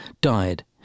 died